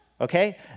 okay